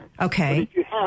Okay